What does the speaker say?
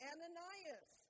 Ananias